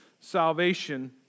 Salvation